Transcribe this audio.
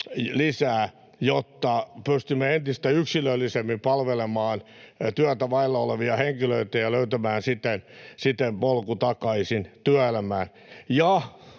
jotta pystymme entistä yksilöllisemmin palvelemaan työtä vailla olevia henkilöitä ja löytämään siten polun takaisin työelämään.